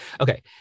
Okay